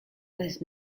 was